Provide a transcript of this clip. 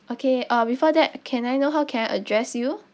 okay uh before that can I know how can I address you